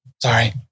Sorry